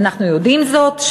ואנחנו יודעים זאת,